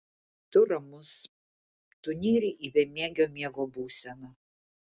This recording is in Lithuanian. tu ramus tu nyri į bemiegio miego būseną